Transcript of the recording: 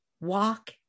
Walk